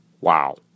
Wow